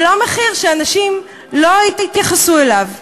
ולא מחיר שאנשים לא יתייחסו אליו.